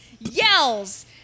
yells